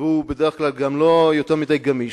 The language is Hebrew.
והוא בדרך כלל גם לא יותר מדי גמיש,